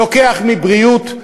לוקח מבריאות,